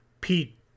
Pete